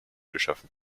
geschaffen